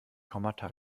kommata